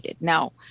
Now